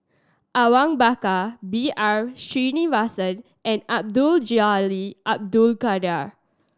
Awang Bakar B R Sreenivasan and Abdul Jalil Abdul Kadir